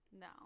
No